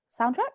Soundtrack